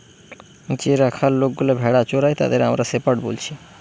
যে রাখাল লোকগুলা ভেড়া চোরাই তাদের আমরা শেপার্ড বলছি